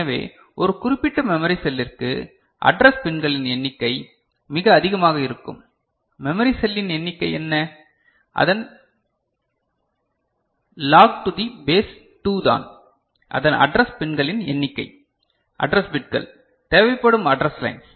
எனவே ஒரு குறிப்பிட்ட மெமரி செல்லிற்கு அட்ரஸ் பின்களின் எண்ணிக்கை மிக அதிகமாக இருக்கும் மெமரி செல்லின் எண்ணிக்கை என்ன அதன் லாக் டு தி பேஸ் 2 தான் அதன் அட்ரஸ் பின்களின் எண்ணிக்கை அட்ரஸ் பிட்கள் தேவைப்படும் அட்ரஸ் லைன்ஸ்